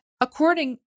according